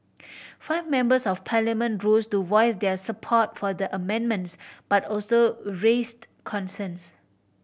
five members of Parliament rose to voice their support for the amendments but also raised concerns